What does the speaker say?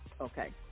Okay